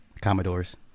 Commodores